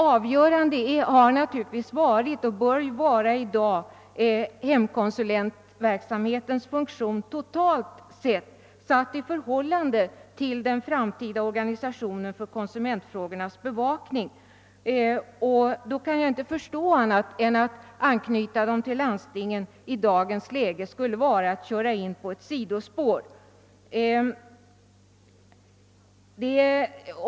Avgörande har emellertid varit — och bör naturligtvis vara — hemkonsulentverksamhetens funktion totalt sett i förhållande till den framtida organisationen för konsumentfrågornas bevakning. Då kan jag inte förstå annat än att vi om vi i dag knöt konsulenterna till landstingen skulle köra in på ett sidospår.